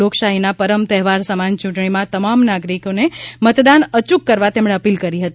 લોકશાહીના પરમ તહેવાર સમાન ચૂંટણીમાં તમામ નાગરિકને મતદાન અચૂક કરવા તેમણે અપીલ કરી હતી